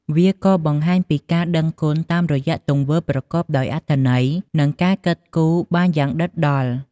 វាក៏បង្ហាញពីការដឹងគុណតាមរយៈទង្វើប្រកបដោយអត្ថន័យ និងការគិតគូរបានយ៉ាងដិតដល់។